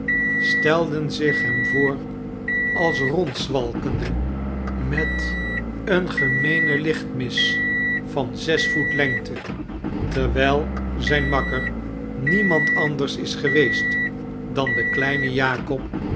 zich hem voor als rondzwalkende met een gemeenen lichtmis van zes voet lengte terwijl zijn makker niemand anders is geweest dan de kleine jakob